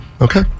Okay